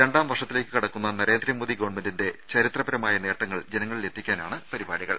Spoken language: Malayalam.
രണ്ടാം വർഷത്തേക്ക് കടക്കുന്ന നരേന്ദ്രമോദി ഗവൺമെന്റിന്റെ ചരിത്രപരമായ നേട്ടങ്ങൾ ജനങ്ങളിലെത്തിക്കാനാണ് പരിപാടികൾ